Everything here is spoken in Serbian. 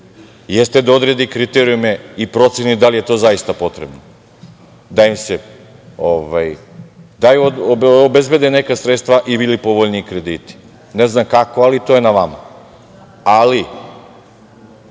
jeste da odredi kriterijume i proceni da li je to zaista potrebno da im se obezbede neka sredstva i bili povoljniji krediti. Ne znam kako, ali to je na vama. Ali,